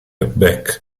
beck